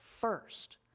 first